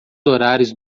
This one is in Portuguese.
horários